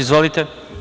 Izvolite.